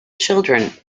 children